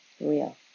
real